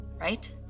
right